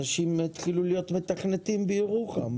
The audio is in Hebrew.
אנשים התחילו להיות מתכנתים בירוחם,